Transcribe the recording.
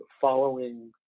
following